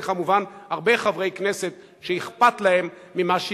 וכמובן הרבה חברי כנסת שאכפת להם ממה שיקרה.